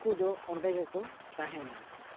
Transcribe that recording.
ᱩᱱᱠᱩ ᱫᱚ ᱚᱸᱰᱮ ᱜᱮᱠᱚ ᱛᱟᱦᱮᱱᱟ